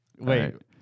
Wait